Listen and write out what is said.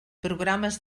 programes